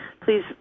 please